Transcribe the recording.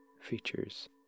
features